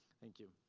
thank you.